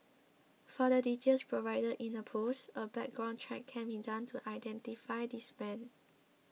for the details provided in the post a background check can be done to identify this man